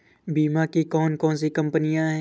बीमा की कौन कौन सी कंपनियाँ हैं?